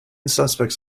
suspects